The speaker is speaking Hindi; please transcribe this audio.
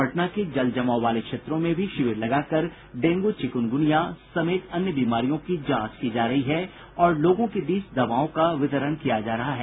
पटना के जल जमाव वाले क्षेत्रों में भी शिविर लगाकर डेंगू चिकुनगुनिया समेत अन्य बीमारियों की जांच की जा रही है और लोगों के बीच दवाओं का वितरण किया जा रहा है